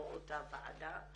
לא אותה ועדה.